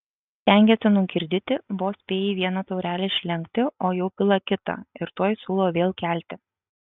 stengėsi nugirdyti vos spėji vieną taurelę išlenkti o jau pila kitą ir tuoj siūlo vėl kelti